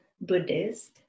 buddhist